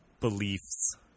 beliefs